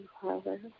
Father